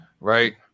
Right